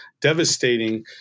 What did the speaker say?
devastating